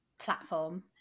platform